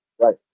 Right